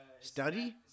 Study